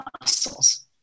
muscles